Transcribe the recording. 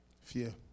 Fear